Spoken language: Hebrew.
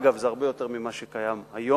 אגב, זה הרבה יותר ממה שקיים היום,